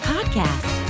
Podcast